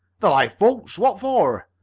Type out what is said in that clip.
the lifeboats? what for?